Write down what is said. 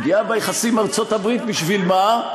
פגיעה ביחסים עם ארצות-הברית בשביל מה?